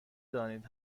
دانید